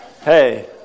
Hey